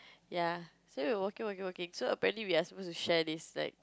ya so we walking walking walking so apparently we are supposed to share this like